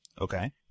Okay